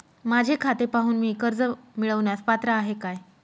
माझे खाते पाहून मी कर्ज मिळवण्यास पात्र आहे काय?